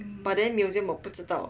but then museum 我不知道